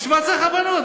בשביל מה צריך רבנות?